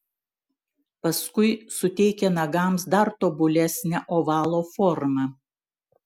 paskui suteikia nagams dar tobulesnę ovalo formą